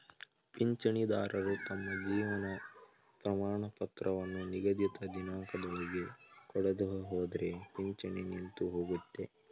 ಪಿಂಚಣಿದಾರರು ತಮ್ಮ ಜೀವನ ಪ್ರಮಾಣಪತ್ರವನ್ನು ನಿಗದಿತ ದಿನಾಂಕದೊಳಗೆ ಕೊಡದೆಹೋದ್ರೆ ಪಿಂಚಣಿ ನಿಂತುಹೋಗುತ್ತೆ